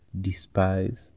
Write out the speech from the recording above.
despise